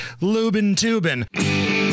Lubin-Tubin